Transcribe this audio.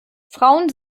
frauen